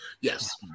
yes